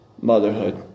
motherhood